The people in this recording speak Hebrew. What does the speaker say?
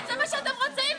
זה מה שאתם רוצים?